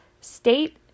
state